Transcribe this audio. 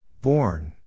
Born